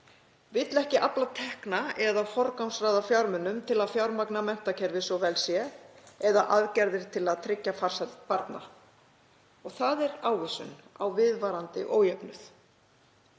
vill ekki afla tekna eða forgangsraða fjármunum til að fjármagna menntakerfið svo vel sé eða aðgerðir til að tryggja farsæld barna. Það er ávísun á viðvarandi ójöfnuð.